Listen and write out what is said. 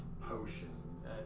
potions